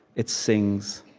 it sings,